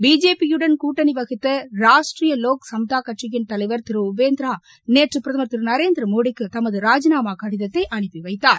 பிஜேபியுடன் கூட்டணி வகித்த ராஷ்டிரிய லோக் சம்தா கூட்சியின் தலைவர் திரு உபேந்திரா நேற்று பிரதமர் திரு நரேந்திரமோடிக்கு தமது ராஜினாமா கடிதத்தை அனுப்பிவைத்தார்